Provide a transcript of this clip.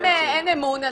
אם אין אמון,